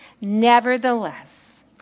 Nevertheless